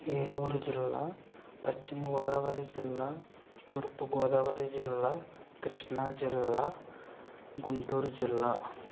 ఏలూరు జిల్లా పశ్చిమ గోదావరి జిల్లా తూర్పు గోదావరి జిల్లా కృష్ణా జిల్లా గుంటూరు జిల్లా